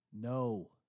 No